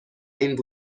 این